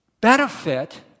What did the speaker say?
benefit